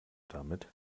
damit